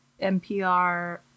NPR